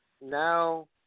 now